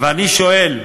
ואני שואל,